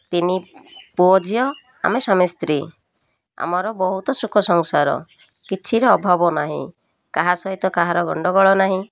ତିନି ପୁଅ ଝିଅ ଆମେ ସ୍ଵାମୀ ସ୍ତ୍ରୀ ଆମର ବହୁତ ସୁଖ ସଂସାର କିଛିର ଅଭାବ ନାହିଁ କାହା ସହିତ କାହାର ଗଣ୍ଡଗୋଳ ନାହିଁ